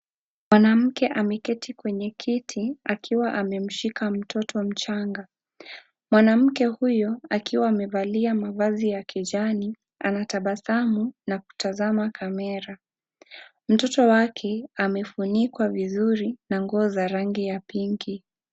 Mwanamke ameketi kwenye kiti akiwa amemshika mtoto mchanga , mwanamke huyu akiwa amevalia mavazi ya kijani, anatabasamu nankutazam kamera . Mtoto wake wake amefunikwa vizuri na nguo za rangi ya pinki.